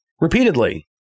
repeatedly